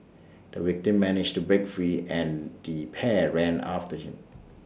the victim managed to break free and the pair ran after him